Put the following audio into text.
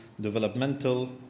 developmental